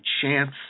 chance